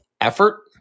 effort